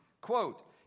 Quote